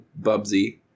Bubsy